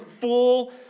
full